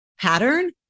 pattern